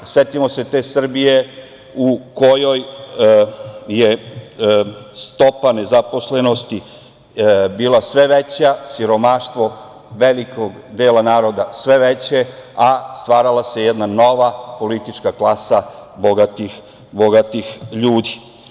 Setimo se te Srbije u kojoj je stopa nezaposlenosti bila sve veća, siromaštvo velikog dela naroda sve veće a stvarala se jedna nova politička klasa bogatih ljudi.